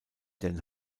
den